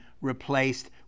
replaced